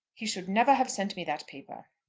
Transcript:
he should never have sent me that paper.